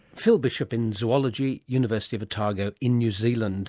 phil bishop in zoology, university of otago in new zealand